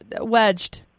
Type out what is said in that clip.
wedged